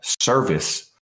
Service